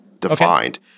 defined